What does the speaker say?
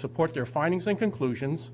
support their findings and conclusions